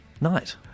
Night